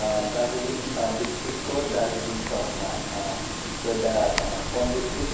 दार्जिलिङ डिस्ट्रिकको दार्जिलिङ सहरमा एउटा पञ्जीकृत